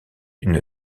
une